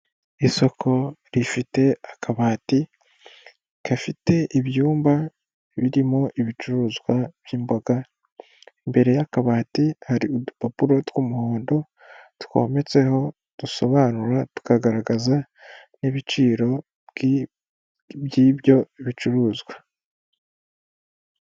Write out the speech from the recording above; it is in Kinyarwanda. Isoko rifite akabati gafite ibyumba birimo ibicuruzwa by'imboga, imbere y'akabati hari udupapuro tw'umuhondo twometseho, dusobanura tukagaragaza n'ibiciro by'ibyo bicuruzwa.